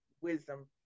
wisdom